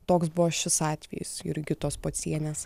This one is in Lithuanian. toks buvo šis atvejis jurgitos pocienės